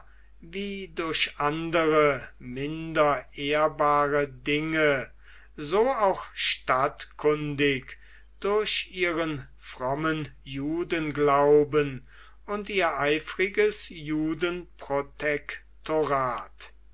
wie durch andere minder ehrbare dinge so auch stadtkundig durch ihren frommen judenglauben und ihr eifriges